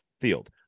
field